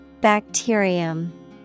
Bacterium